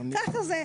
ככה זה.